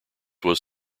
was